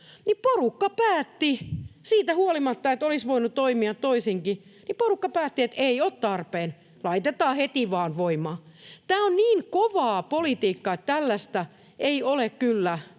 porukka päätti siitä huolimatta, että olisi voinut toimia toisinkin, että ei ole tarpeen ja laitetaan heti vaan voimaan. Tämä on niin kovaa politiikkaa, että tällaista ei ole kyllä...